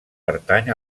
pertany